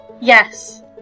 Yes